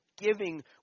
Giving